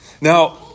Now